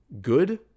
good